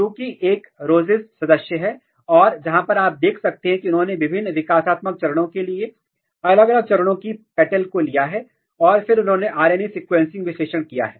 जोकि एक रोसेस सदस्य है और जहां पर आप यह देख सकते हैं कि उन्होंने विभिन्न विकासात्मक चरणों के लिए अलग अलग चरणों की पटेल को लिया है और फिर उन्होंने RNA सीक्वेंसिंग विश्लेषण किया है